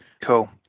cool